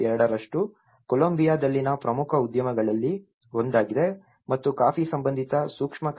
2 ರಷ್ಟು ಕೊಲಂಬಿಯಾದಲ್ಲಿನ ಪ್ರಮುಖ ಉದ್ಯಮಗಳಲ್ಲಿ ಒಂದಾಗಿದೆ ಮತ್ತು ಕಾಫಿ ಸಂಬಂಧಿತ ಸೂಕ್ಷ್ಮ ಕೈಗಾರಿಕೆಗಳಿಗೆ 1000 ಕಟ್ಟಡಗಳು